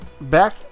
back